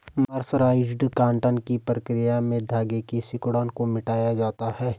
mercerised cotton की प्रक्रिया में धागे की सिकुड़न को मिटाया जाता है